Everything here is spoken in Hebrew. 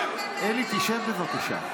אלי, שב, בבקשה.